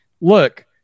look